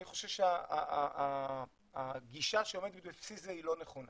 אני חושב שהגישה שעומדת בבסיס זה לא נכונה